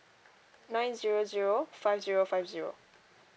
nine zero zero five zero five zero